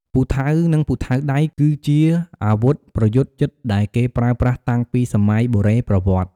ពូថៅ និងពូថៅដៃ គឺជាអាវុធប្រយុទ្ធជិតដែលគេប្រើប្រាស់តាំងពីសម័យបុរេប្រវត្តិ។